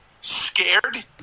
scared